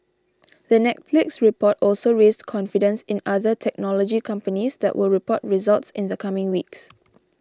the Netflix report also raised confidence in other technology companies that will report results in the coming weeks